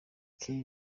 kelly